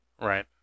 Right